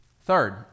third